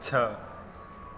छह